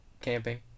camping